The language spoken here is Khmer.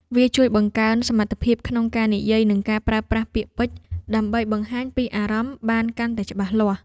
វាជួយបង្កើនសមត្ថភាពក្នុងការនិយាយ និងការប្រើប្រាស់ពាក្យពេចន៍ដើម្បីបង្ហាញពីអារម្មណ៍បានកាន់តែច្បាស់លាស់។